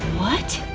what?